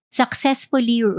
successfully